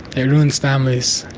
it ruins families,